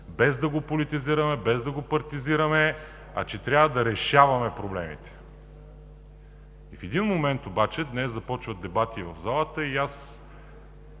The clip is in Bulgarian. без да го политизираме, без да го партизираме, а че трябва да решаваме проблемите. И в един момент обаче, днес започват дебати в залата и аз